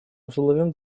условием